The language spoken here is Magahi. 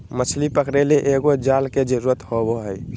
मछली पकरे ले एगो जाल के जरुरत होबो हइ